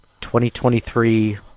2023